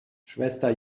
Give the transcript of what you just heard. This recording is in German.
schwester